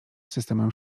systemem